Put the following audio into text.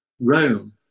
Rome